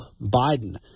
Biden